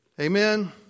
Amen